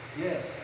Yes